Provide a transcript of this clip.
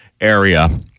area